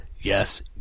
Yes